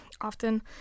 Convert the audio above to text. often